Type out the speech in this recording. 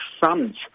son's